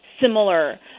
similar